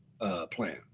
plan